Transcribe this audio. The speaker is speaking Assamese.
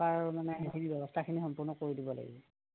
পাৰোঁ মানে সম্পূৰ্ণ কৰি দিব লাগিব